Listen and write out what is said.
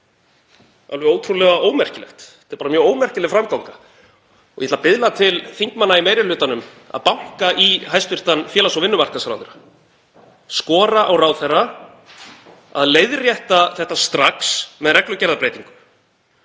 alveg ótrúlega ómerkilegt, þetta er bara mjög ómerkileg framganga. Ég ætla að biðla til þingmanna í meiri hlutanum að banka í hæstv. félags- og vinnumarkaðsráðherra, skora á hann að leiðrétta þetta strax með reglugerðarbreytingu